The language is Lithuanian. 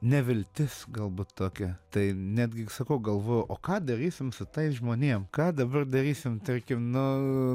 neviltis galbūt tokia tai netgi sakau galvoju o ką darysim su tais žmonėm ką dabar darysim tarkim nu